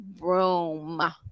room